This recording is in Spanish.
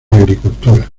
agricultura